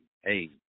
hey